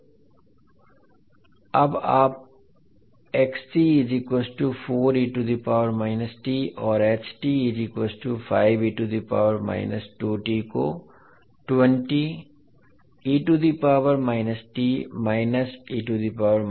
तो अब आप और 5 को कह सकते हैं